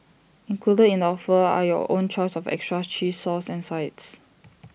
included in the offer are your own choice of extras cheese sauce and sides